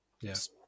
Yes